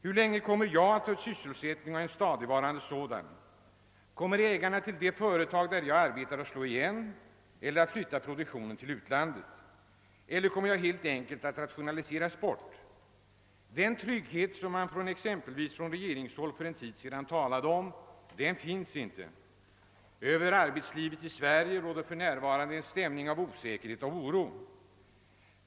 Hur länge kommer jag att ha sysselsättning och en stadigvarande sådan? Kommer ägarna till det företag där jag arbetar att slå igen eller flytta produktionen till utlandet, eller kommer jag helt enkelt att rationaliseras bort? Den trygghet som man talade om för en tid sedan från exempelvis regeringshåll finns inte. Över arbetslivet i Sverige råder det för närvarande en stämning av osäkerhet och oro.